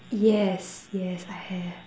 yes yes I have